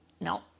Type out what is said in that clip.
No